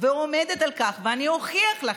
ועומדת על כך, ואני אוכיח לכם,